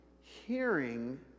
hearing